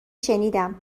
شنیدم